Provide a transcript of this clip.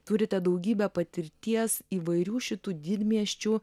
turite daugybę patirties įvairių šitų didmiesčių